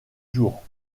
jours